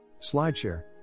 slideshare